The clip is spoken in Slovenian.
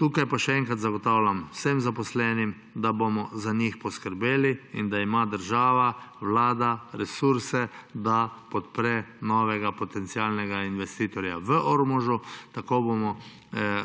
Tukaj pa še enkrat zagotavljam vsem zaposlenim, da bomo za njih poskrbeli in da ima država, vlada resurse, da podpre novega potencialnega investitorja v Ormožu. Tako bomo